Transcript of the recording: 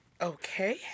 okay